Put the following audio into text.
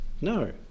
No